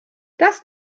das